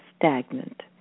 stagnant